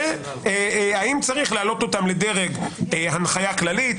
והאם צריך להעלות אותם לדרג הנחיה כללית,